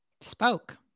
Spoke